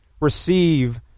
receive